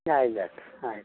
ಆಯ್ತು